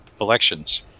elections